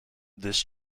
this